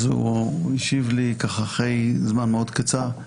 אז הוא השיב לי אחרי זמן מאוד קצר: